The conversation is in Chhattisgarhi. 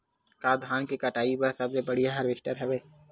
का धान के कटाई बर सबले बढ़िया हारवेस्टर हवय?